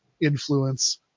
influence